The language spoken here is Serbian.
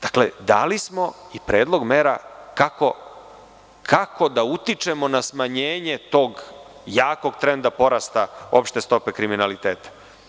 Dakle, dali smo i predlog mera kako da utičemo na smanjenje tog jakog trenda porasta opšte stope kriminaliteta.